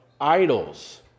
idols